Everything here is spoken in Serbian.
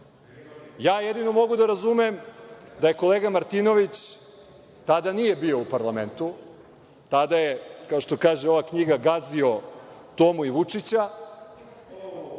jedino mogu da razumem da kolega Martinović, tada nije bio u parlamentu, tada je kao što kaže ova knjiga „gazio“ Tomu i Vučića...